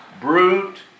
brute